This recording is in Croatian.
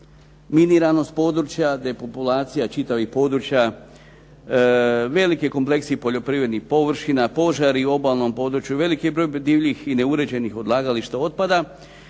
miniranost područja, depopulacija čitavih područja, veliki kompleksi poljoprivrednih površina, požari u obalnom području, veliki broj divljih i neuređenih odlagališta otpada